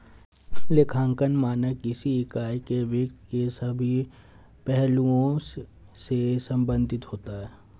लेखांकन मानक किसी इकाई के वित्त के सभी पहलुओं से संबंधित होता है